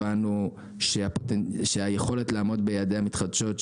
הבנו שהיכולת לעמוד ביעדי המתחדשות,